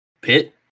pit